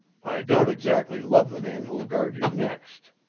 i don't exactly love the man who'll guard you next.